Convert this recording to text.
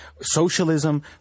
socialism